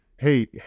Hey